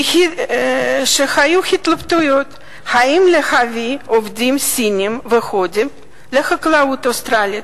היו התלבטויות אם להביא עובדים סינים והודים לחקלאות האוסטרלית.